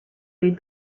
need